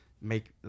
make